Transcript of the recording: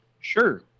Sure